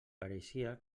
pareixia